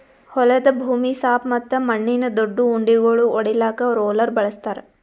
ಹೊಲದ ಭೂಮಿ ಸಾಪ್ ಮತ್ತ ಮಣ್ಣಿನ ದೊಡ್ಡು ಉಂಡಿಗೋಳು ಒಡಿಲಾಕ್ ರೋಲರ್ ಬಳಸ್ತಾರ್